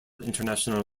international